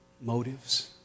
motives